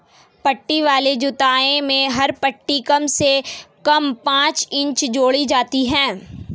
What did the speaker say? पट्टी वाली जुताई में हर पट्टी कम से कम पांच इंच चौड़ी होती है